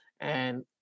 And-